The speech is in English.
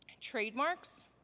Trademarks